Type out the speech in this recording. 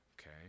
Okay